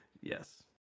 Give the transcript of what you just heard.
yes